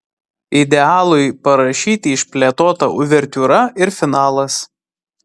idealui parašyti išplėtota uvertiūra ir finalas